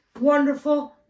wonderful